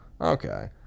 Okay